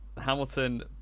Hamilton